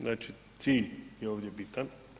Znači cilj je ovdje bitan.